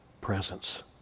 presence